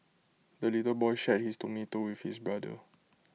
the little boy shared his tomato with his brother